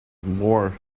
more